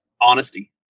honesty